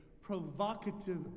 provocative